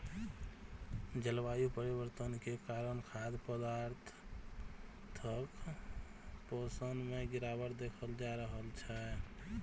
जलवायु परिवर्तन के कारण खाद्य पदार्थक पोषण मे गिरावट देखल जा रहल छै